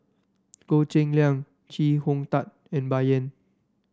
Goh Cheng Liang Chee Hong Tat and Bai Yan